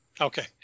Okay